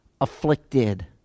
afflicted